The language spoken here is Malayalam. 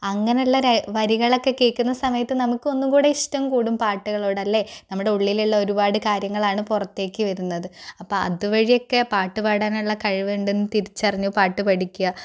അങ്ങനെയുള്ള വരികളൊക്കെ കേൾക്കുന്ന സമയത്ത് നമുക്ക് ഒന്നുംകൂടെ ഇഷ്ടം കൂടും പാട്ടുകളോട് അല്ലേ നമ്മുടെ ഉള്ളിലുള്ള ഒരുപാട് കാര്യങ്ങളാണ് പുറത്തേക്ക് വരുന്നത് അപ്പോൾ അതുവഴിയെക്കെ പാട്ടുപാടാൻ ഉള്ള കഴിവ് ഉണ്ടെന്ന് തിരിച്ചറിഞ്ഞ് പാട്ട് പഠിക്കുക